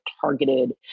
targeted